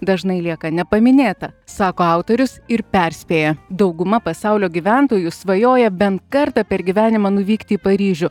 dažnai lieka nepaminėta sako autorius ir perspėja dauguma pasaulio gyventojų svajoja bent kartą per gyvenimą nuvykti į paryžių